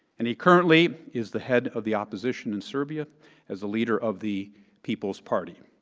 and he currently is the head of the opposition in serbia as the leader of the people's party.